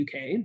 UK